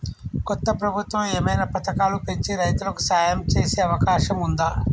కొత్త ప్రభుత్వం ఏమైనా పథకాలు పెంచి రైతులకు సాయం చేసే అవకాశం ఉందా?